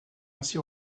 ainsi